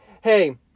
hey